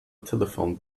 telephone